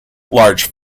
large